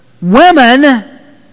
women